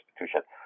institution